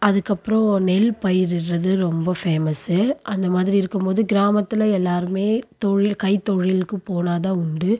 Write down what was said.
அதுக்கப்புறம் நெல் பயிரிடுறது ரொம்ப ஃபேமஸ் அந்த மாதிரி இருக்கும் போது கிராமத்தில் எல்லோருமே தொழில் கைத்தொழிலுக்கு போனால் தான் உண்டு